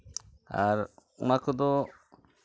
ᱟᱨ ᱚᱱᱟ ᱠᱚᱫᱚ